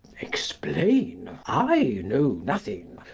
explain? i know nothing.